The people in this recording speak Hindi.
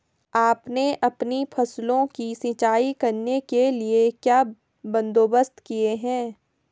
आपने अपनी फसलों की सिंचाई करने के लिए क्या बंदोबस्त किए है